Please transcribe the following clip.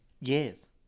Yes